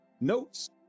notes